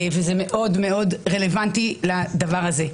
וזה מאוד מאוד רלוונטי לעניין הזה.